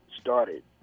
started